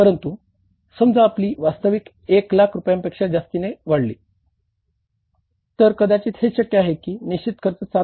परंतु समजा आपली वास्तविक 1 लाख रुपयांपेक्षा जास्तीने वाढली तर कदाचित हे शक्य आहे की निश्चित खर्च 7